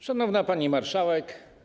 Szanowna Pani Marszałek!